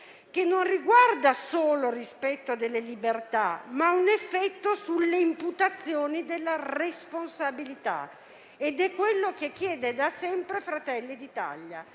solo non riguarda il rispetto delle libertà, ma ha anche un effetto sull'imputazione delle responsabilità ed è quello che chiede da sempre il Gruppo Fratelli d'Italia.